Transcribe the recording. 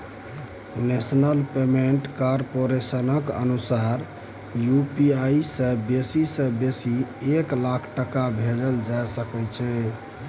national payment कारपोरेशनक अनुसार UPI सँ बेसी सँ बेसी एक लाख टका भेजल जा सकै छै